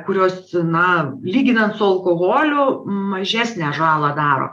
kurios na lyginant su alkoholiu mažesnę žalą daro